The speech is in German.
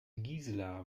gisela